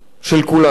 של כולנו.